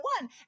one